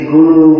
Guru